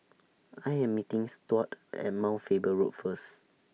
I Am meeting Stuart At Mount Faber Road First